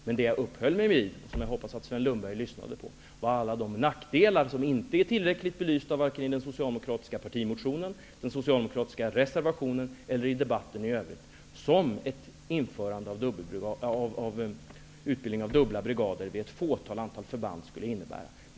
Men det jag uppehöll mig vid, som jag hoppas att Sven Lundberg lyssnade på, var alla de nackdelar som inte är tillräckligt belysta, vare sig i den socialdemokratiska partimotionen, i den socialdemokratiska reservationen eller i debatten i övrigt, som ett införande av utbildning av dubbelbrigader vid ett fåtal förband skulle innebära.